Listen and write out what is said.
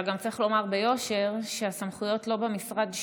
אבל גם צריך לומר ביושר שהסמכויות לא במשרד שלו.